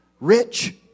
rich